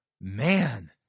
man